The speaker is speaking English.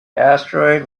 asteroid